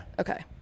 Okay